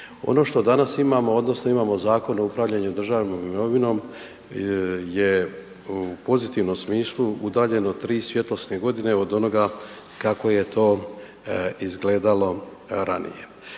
Ono što danas imamo odnosno imamo Zakon o upravljanju državnom imovinom je u pozitivnom smislu udaljeno 3 svjetlosne godine od onoga kako je to izgledalo ranije.